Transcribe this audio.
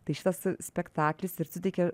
tai šitas spektaklis ir suteikia